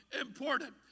important